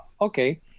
okay